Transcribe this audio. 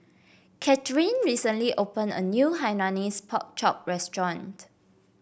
Katheryn recently opened a new Hainanese Pork Chop restaurant